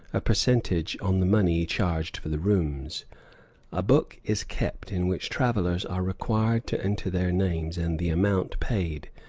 a percentage on the money charged for the rooms a book is kept in which travellers are required to enter their names and the amount paid.